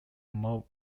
mound